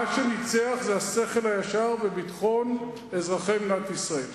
מה שניצח זה השכל הישר וביטחון אזרחי מדינת ישראל.